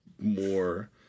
more